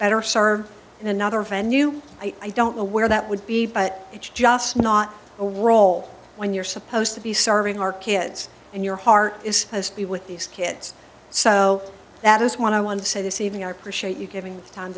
better served in another venue i don't know where that would be but it's just not a role when you're supposed to be serving our kids and your heart is has to be with these kids so that is what i want to say this evening i appreciate you giving